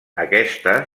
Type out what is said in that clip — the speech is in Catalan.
aquesta